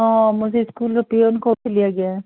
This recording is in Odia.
ହଁ ମୁଁ ସେ ସ୍କୁଲ୍ର ପିଅନ୍ କହୁଥିଲି ଆଜ୍ଞା